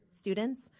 students